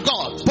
God